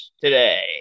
today